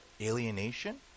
alienation